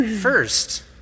first